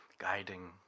guiding